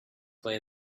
way